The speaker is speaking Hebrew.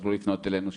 שיכלו לפנות אלינו,